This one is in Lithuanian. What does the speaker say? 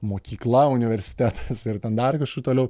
mokykla universitetas ir ten dar kažkur toliau